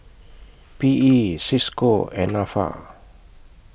P E CISCO and Nafa